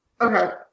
okay